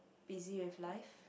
busy with life